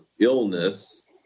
illness